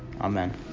Amen